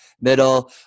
middle